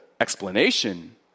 explanation